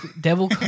devil